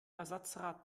ersatzrad